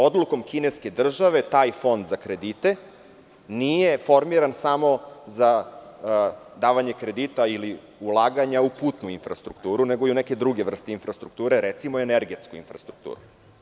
Odlukom kineske države taj fond za kredite nije formiran samo za davanje kredita ili ulaganja u putnu infrastrukturu, nego i neke druge vrste infrastrukture, recimo energetsku infrastrukturu.